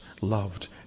loved